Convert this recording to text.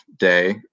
day